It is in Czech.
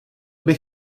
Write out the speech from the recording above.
byl